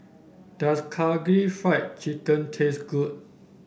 does Karaage Fried Chicken taste good